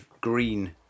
green